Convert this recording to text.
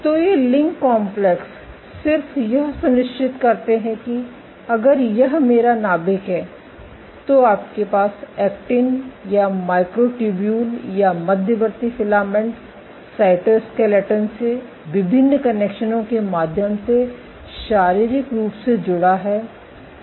तो ये link complex सिर्फ यह सुनिश्चित करते हैं कि अगर यह मेरा नाभिक है तो आपके पास एक्टिन या माइक्रोट्यूब्यूल या मध्यवर्ती फिलामेंट साइटोसस्केलेटन से विभिन्न कनेक्शनों के माध्यम से शारीरिक रूप से जुड़ा है